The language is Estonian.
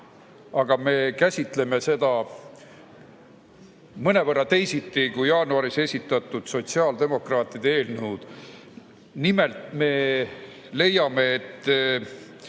aga me käsitleme seda mõnevõrra teisiti kui jaanuaris esitatud sotsiaaldemokraatide eelnõu. Nimelt, me leiame, et